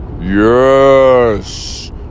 yes